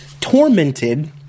tormented